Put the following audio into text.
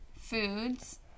foods